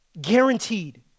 Guaranteed